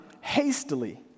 hastily